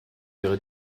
ihre